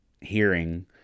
hearing